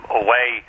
away